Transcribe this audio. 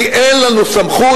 כי אין לנו סמכות,